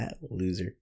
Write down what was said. Loser